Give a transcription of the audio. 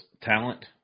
talent